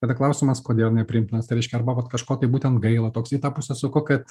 tada klausimas kodėl nepriimtinas tai reiškia arba vat kažko tai būtent gaila toks į tą pusę suku kad